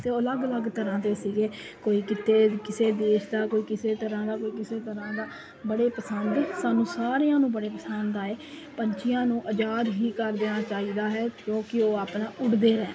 ਤੇ ਉਹ ਅਲੱਗ ਅਲੱਗ ਤਰ੍ਹਾਂ ਦੇ ਸੀਗੇ ਕੋਈ ਕਿਤੇ ਕਿਸੇ ਦੇਸ਼ ਦਾ ਕੋਈ ਕਿਸੇ ਤਰ੍ਹਾਂ ਦਾ ਕੋਈ ਕਿਸੇ ਤਰ੍ਹਾਂ ਦਾ ਬੜੇ ਪਸੰਦ ਸਾਨੂੰ ਸਾਰਿਆਂ ਨੂੰ ਬੜੇ ਪਸੰਦ ਆਏ ਪੰਛੀਆਂ ਨੂੰ ਅਜ਼ਾਦ ਹੀ ਕਰ ਦੇਣਾ ਚਾਈਦਾ ਹੈ ਕਿਉਂਕੀ ਉਹ ਆਪਣਾ ਉੱਡਦੇ ਰਹਿਣ